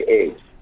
age